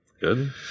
good